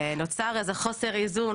נוצר איזה חוסר איזון